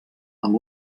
amb